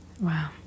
Wow